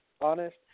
honest